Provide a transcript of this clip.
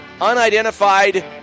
unidentified